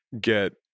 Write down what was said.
get